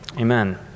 amen